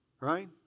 right